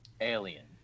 Alien